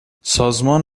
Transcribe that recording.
سازمان